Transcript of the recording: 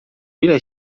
ile